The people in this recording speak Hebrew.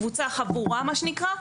מה שנקרא חבורה,